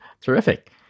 Terrific